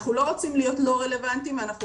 אנחנו לא רוצים להיות לא רלוונטיים ואנחנו